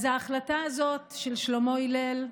אז ההחלטה הזאת של שלמה הלל,